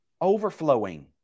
overflowing